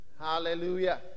Hallelujah